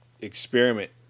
experiment